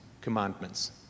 commandments